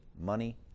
money